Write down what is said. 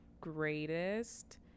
greatest